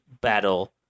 battle